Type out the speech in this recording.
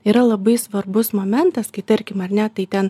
yra labai svarbus momentas kai tarkim ar ne tai ten